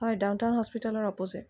হয় downtown হস্পিটেলৰ opposite